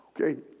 Okay